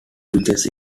features